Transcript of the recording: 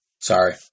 Sorry